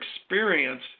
experience